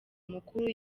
mukuru